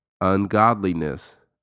Ungodliness